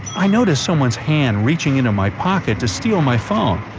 i noticed someone's hand reaching into my pocket to steal my phone.